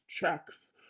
checks